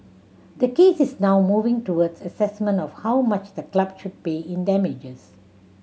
the case is now moving towards assessment of how much the club should pay in damages